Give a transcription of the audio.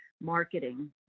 marketing